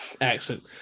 excellent